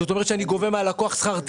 זאת אומרת שאני גובה מן הלקוח שכר טרחה.